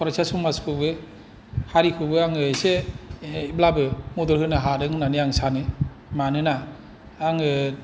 फरायसा समाजखौबो हारिखौबो आङो एसेब्लाबो मदद होनो हादों होननानै आं सानो मानोना आङो